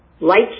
Lights